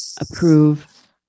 approve